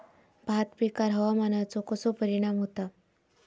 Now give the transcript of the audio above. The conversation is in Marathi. भात पिकांर हवामानाचो कसो परिणाम होता?